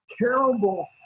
terrible